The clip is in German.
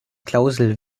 klausel